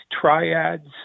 triads